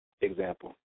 example